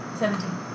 seventeen